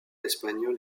espagnol